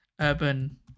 Urban